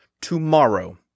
tomorrow